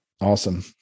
awesome